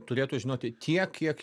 turėtų žinoti tiek kiek